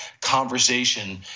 conversation